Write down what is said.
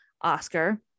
Oscar